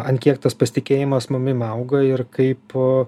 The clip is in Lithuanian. ant kiek tas pasitikėjimas mumim auga ir kaip